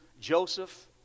Joseph